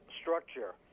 structure